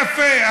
יפה.